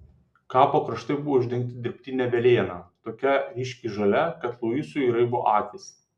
kapo kraštai buvo uždengti dirbtine velėna tokia ryškiai žalia kad luisui raibo akys